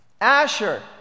Asher